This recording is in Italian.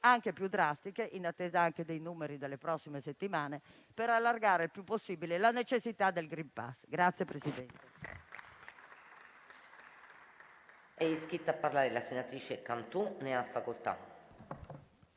anche più drastiche, in attesa dei numeri delle prossime settimane, per allargare il più possibile la necessità del *green pass*.